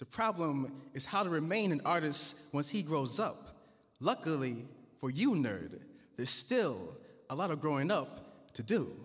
the problem is how to remain an artist once he grows up luckily for you nerd there's still a lot of growing up to do